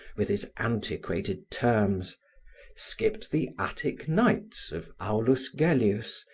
with his antiquated terms skipped the attic nights of aulus gellius,